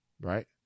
right